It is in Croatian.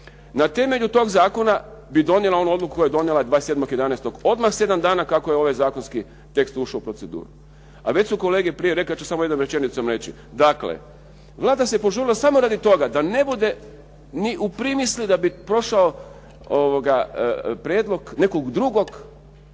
Na temelju tog zakona bi donijela onu odluku koju je donijela 27. 11. odmah sedam dana kako je ovaj zakonski tekst ušao u proceduru. A već su kolege prije rekle, ja ću samo jednom rečenicom reći. Dakle, Vlada se požurila samo radi toga da ne bude ni u primisli da bi prošao prijedlog